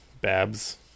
Babs